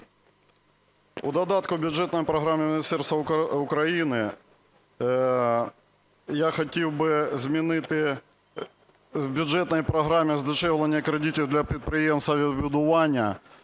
У додатку "бюджетної програми міністерств України" я хотів би замінити "бюджетної програми здешевлення кредитів для підприємств авіабудування,